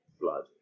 blood